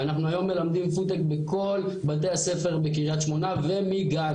ואנחנו היום מלמדים פודטק בכל בתי הספר בקריית שמונה ומגן.